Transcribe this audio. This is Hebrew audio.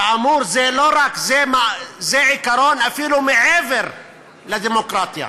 כאמור, זה עיקרון אפילו מעבר לדמוקרטיה,